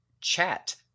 chat